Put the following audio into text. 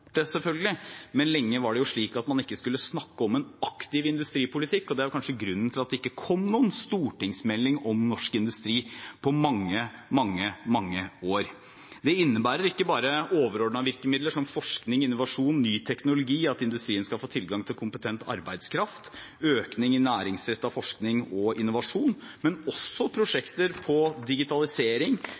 men lenge var det slik at man ikke skulle snakke om en aktiv industripolitikk. Det er kanskje grunnen til at det ikke kom noen stortingsmelding om norsk industri på mange, mange år. Det innebærer ikke bare overordnede virkemidler som forskning, innovasjon, ny teknologi, at industrien skal få tilgang til kompetent arbeidskraft, økning i næringsrettet forskning og innovasjon, men også prosjekter for digitalisering,